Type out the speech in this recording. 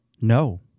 No